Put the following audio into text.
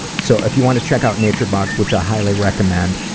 so if you wanna check out naturebox, which i highly recommend,